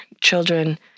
Children